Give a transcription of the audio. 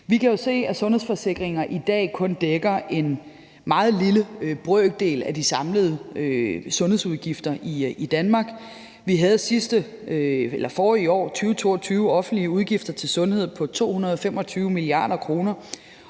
Vi kan jo se, at sundhedsforsikringer i dag kun dækker en meget lille brøkdel af de samlede sundhedsudgifter i Danmark. Vi havde forrige år, 2022, offentlige udgifter til sundhed på 225 mia. kr.,